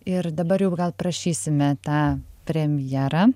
ir dabar jau gal prašysime tą premjerą